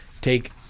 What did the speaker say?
take